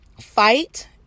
fight